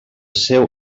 seu